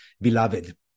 beloved